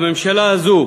הממשלה הזאת,